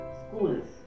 schools